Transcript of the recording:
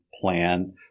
plan